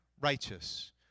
righteous